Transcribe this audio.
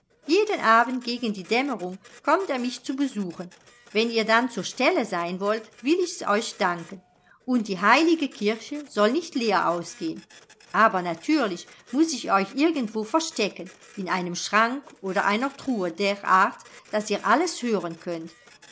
jeden abend gegen die dämmerung kommt er mich zu besuchen wenn ihr dann zur stelle sein wollt will ich's euch danken und die heilige kirche soll nicht leer ausgehen aber natürlich muß ich euch irgendwo verstecken in einem schrank oder einer truhe derart daß ihr alles hören könnt